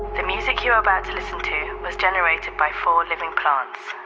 the music you're um ah was generated by four living plants